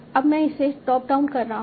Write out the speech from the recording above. अब मैं इसे टॉप डाउन कर रहा हूँ